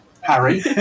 harry